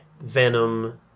venom